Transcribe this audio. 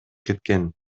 кеткен